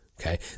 okay